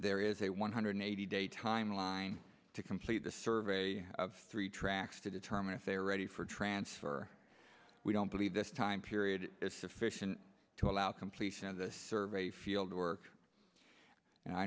there is a one hundred eighty day timeline to complete the survey of three tracks to determine if they are ready for transfer we don't believe this time period is sufficient to allow completion of the survey field work and i